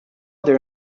their